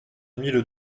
mille